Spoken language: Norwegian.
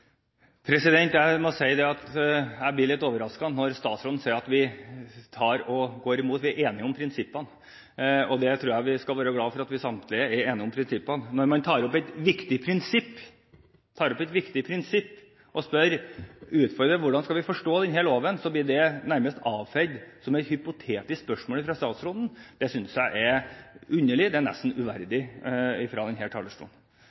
Jeg blir litt overrasket når statsråden sier at vi går imot. Vi er enige om prinsippene, og jeg tror vi skal være glad for at vi samtlige er enige om prinsippene. Når man tar opp et viktig prinsipp, og spør om hvordan vi skal forstå denne loven, så blir det nærmest avfeid som et hypotetisk spørsmål av statsråden. Det synes jeg er underlig; det er nesten uverdig fra denne talerstolen.